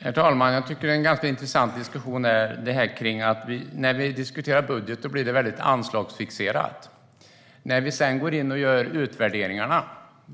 Herr talman! Jag tycker att det är en ganska intressant diskussion. När vi diskuterar budget blir det väldigt anslagsfixerat. När vi sedan går in och gör utvärderingar